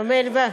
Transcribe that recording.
איפה?